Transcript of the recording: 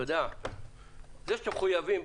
זה שאתם מחויבים,